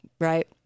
Right